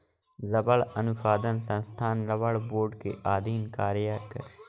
रबड़ अनुसंधान संस्थान रबड़ बोर्ड के अधीन कार्यरत है